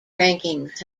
rankings